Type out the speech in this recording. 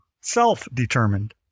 self-determined